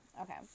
Okay